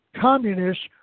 communists